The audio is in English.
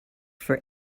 for